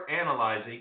analyzing